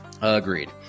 Agreed